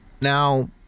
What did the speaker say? now